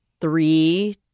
three